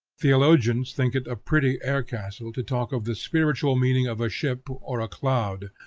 theologians think it a pretty air-castle to talk of the spiritual meaning of a ship or a cloud,